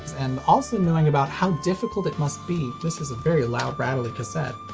and also knowing about how difficult it must be this is a very loud rattly cassette.